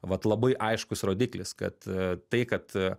vat labai aiškus rodiklis kad tai kad